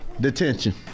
Detention